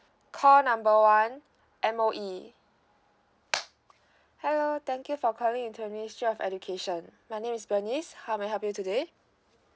call number one M_O_E hello thank you for calling into the ministry of education my name is bernice how may I help you today